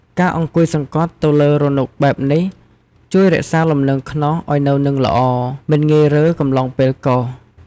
ការអង្គុយសង្កត់ទៅលើរនុកបែបនេះ ជួយរក្សាលំនឹងខ្នោសឱ្យនៅនឹងល្អ មិនងាយរើកំឡុងពេលកោស។